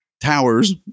Towers